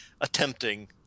attempting